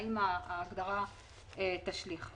והאם ההגדרה תשליך.